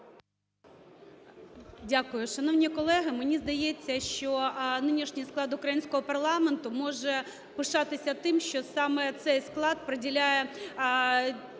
Дякую. Шановні колеги, мені здається, що нинішній склад українського парламенту може пишатися тим, що саме цей склад приділяє